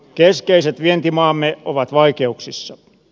keskeiset vientimaamme ovat vaikeuksissa